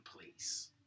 place